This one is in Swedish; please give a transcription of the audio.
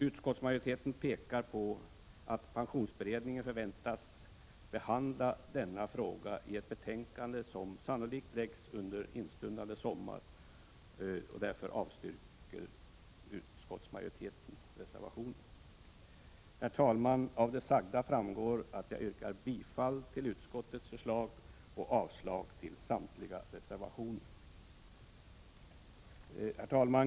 Utskottsmajoriteten pekar på att pensionsberedningen förväntas behandla denna fråga i ett betänkande, som sannolikt läggs fram under instundande sommar och avstyrker reservationen. Herr talman! Av det sagda framgår att jag yrkar bifall till utskottets hemställan och avslag på samtliga reservationer. Herr talman!